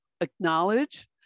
acknowledge